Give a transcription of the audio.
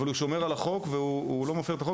אבל הוא שומר על החוק ולא מפר אותו,